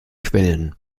quellen